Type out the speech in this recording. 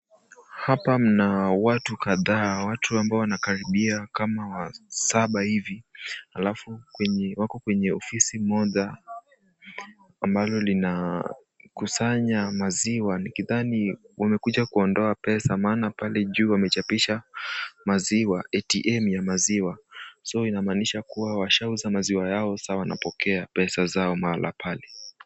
Hapa mna watu kadha watu wanokaribia kama saba hivi halafu wako kwenye ofisi moja ambalo linakusanya maziwa nikidhani wamekuja kuondoa pesa maana pale juu wamechapisha maziwa ATM, inamaanisha washauza maziwa yao sa wanapokea pesa zao mahala pale.